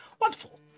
wonderful